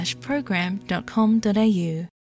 program.com.au